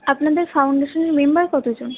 আপনাদের ফাউন্ডেশনের মেম্বার কত জন